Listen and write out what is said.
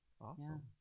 Awesome